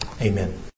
Amen